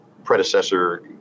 predecessor